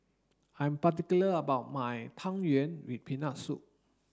I'm particular about my tang yuen with peanut soup